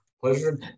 Pleasure